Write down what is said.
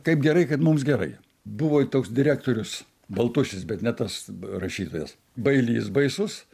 kaip gerai kad mums gerai buvo toks direktorius baltušis bet ne tas rašytojas bailys baisus